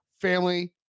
family